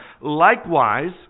Likewise